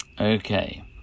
Okay